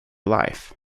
life